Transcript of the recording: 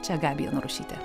čia gabija narušytė